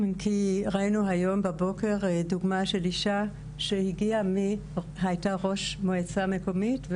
ראינו היום בבוקר דוגמה של אישה שהייתה ראש מועצה מקומית,